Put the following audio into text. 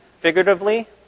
figuratively